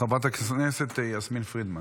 חברת הכנסת יסמין פרידמן.